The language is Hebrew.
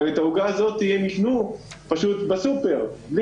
אבל את העוגה הזאת הם יקנו בסופר או